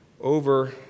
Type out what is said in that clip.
over